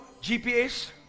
GPS